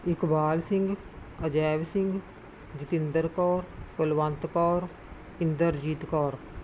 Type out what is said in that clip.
Iqbal Singh Ajaib Singh Jatinder Kaur Kulwant Kaur Inderjit Kaur